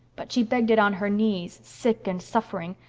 but she begged it on her knees, sick and suffering.